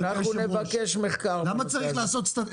אנחנו נבקש מחקר בנושא הזה -- למה צריך להצהיר הצהרות.